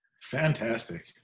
Fantastic